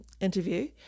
interview